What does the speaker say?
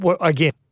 Again